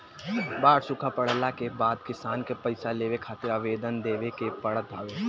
बाढ़ सुखा पड़ला के बाद किसान के पईसा लेवे खातिर आवेदन देवे के पड़त हवे